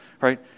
right